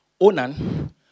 Onan